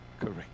correct